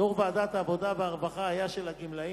יושב-ראש ועדת העבודה והרווחה היה מהגמלאים.